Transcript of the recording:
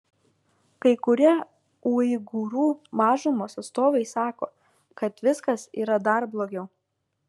kai kurie uigūrų mažumos atstovai sako kad viskas yra dar blogiau